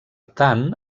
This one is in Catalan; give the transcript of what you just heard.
tant